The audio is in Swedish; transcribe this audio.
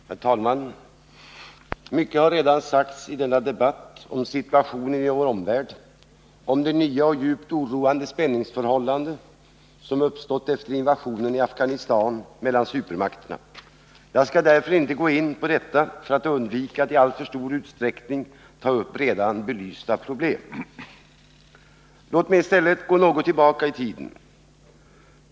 Herr talman! Mycket har redan sagts i denna debatt om situationen i vår omvärld, om det nya och djupt oroande spänningsförhållande mellan supermakterna som uppstått efter invasionen i Afghanistan. Jag skall därför inte gå in på detta för att undvika att i alltför stor utsträckning ta upp redan belysta problem. Låt mig i stället gå tillbaka i tiden.